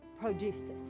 produces